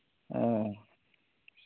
ᱚ